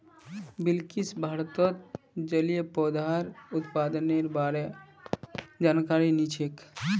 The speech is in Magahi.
बिलकिसक भारतत जलिय पौधार उत्पादनेर बा र जानकारी नी छेक